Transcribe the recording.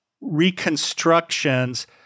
reconstructions